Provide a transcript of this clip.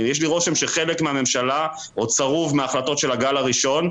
יש לי רושם שחלק מהממשלה עוד צרוב מההחלטות של הגל הראשון,